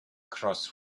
cross